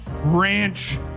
ranch